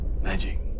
Magic